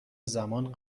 زمان